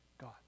God